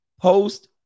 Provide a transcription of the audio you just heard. post